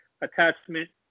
attachment